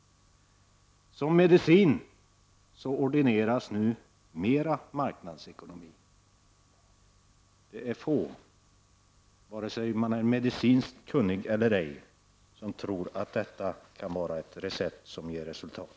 Som medicin ordineras nu mera marknadsekonomi. Det är få, vare sig man är medicinskt kunnig eller ej, som tror att detta kan vara ett recept som ger resultat.